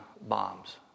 bombs